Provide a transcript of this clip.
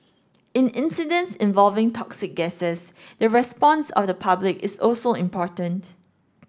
in incidents involving toxic gases the response of the public is also important